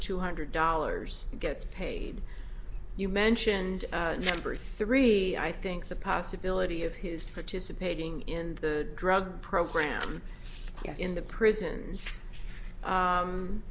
two hundred dollars gets paid you mentioned number three i think the possibility of his participating in the drug program in the prisons